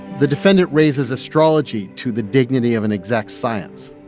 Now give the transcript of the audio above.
the defendant raises astrology to the dignity of an exact science